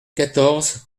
quatorze